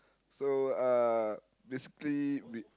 so uh basically we